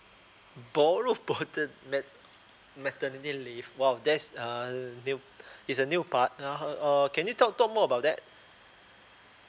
borrow from the mat maternity leave !wow! that's err new it's a new but (uh huh) err can you talk talk more about that